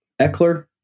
Eckler